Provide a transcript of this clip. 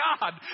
God